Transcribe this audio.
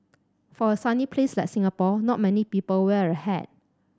for a sunny place like Singapore not many people wear a hat